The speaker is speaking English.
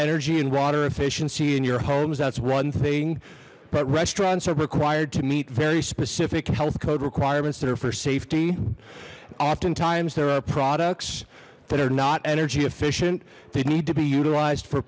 energy and water efficiency in your homes that's one thing but restaurants are required to meet very specific health code requirements that are for safety oftentimes there are products that are not energy efficient they need to be utilized for